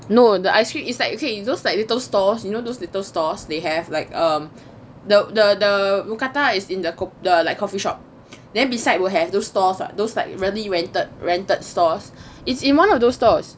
no the ice cream is like okay you know those like little stores you know those little stores they have like um the the the mookata is in the co~ like in the coffee shop then beside will have those stores [what] those like really rented rented stores it's in one of those stores